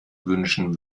wünschen